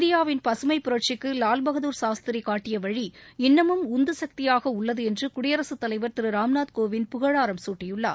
இந்தியாவின் பசுமைப் புரட்சிக்கு லால் பகதூர் சாஸ்திரி காட்டிய வழி இன்னமும் உந்துசக்தியாக உள்ளது என்று குடியரசுத் தலைவர் திரு ராம்நாத் கோவிந்த் புகழாரம் சூட்டியுள்ளார்